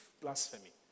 blasphemy